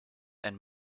and